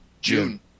June